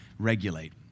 Regulate